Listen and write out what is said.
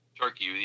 turkey